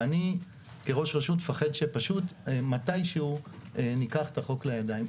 ואני כראש רשות מפחד שפשוט מתישהו ניקח את החוק לידיים.